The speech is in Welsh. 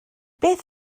beth